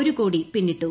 ഒരു കോടി പിന്നിട്ടു